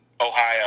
Ohio